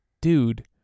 dude